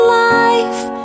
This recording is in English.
life